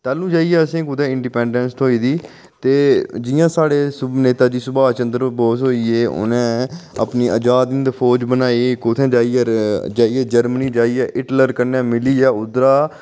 तालू जाइयै असेंगी कुदै इंडिपेंडेंस थ्होई दी ते जियां साढ़े नेता सुभाश चंद्र बोस होई गे उ'नें अजाद हिंद फौज बनाई इक उत्थै जाइयै जर्मनी जाइयै हिटलर कन्नै मिलियै उद्धरा